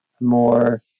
more